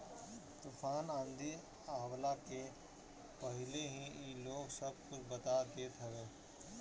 तूफ़ान आंधी आवला के पहिले ही इ लोग सब कुछ बता देत हवे